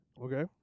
Okay